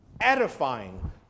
edifying